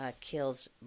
kills